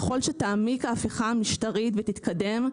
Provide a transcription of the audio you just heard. ככל שתעמיק ההפיכה המשטרית ותתקדם,